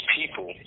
people